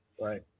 Right